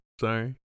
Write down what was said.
Sorry